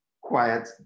quiet